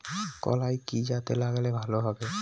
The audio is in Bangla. কলাই কি জাতে লাগালে ভালো হবে?